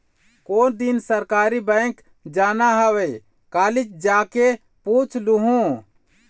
कोन दिन सहकारी बेंक जाना हवय, कालीच जाके पूछ लूहूँ